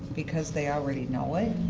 because they are ready know it.